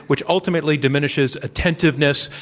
which ultimately diminishes att entiveness,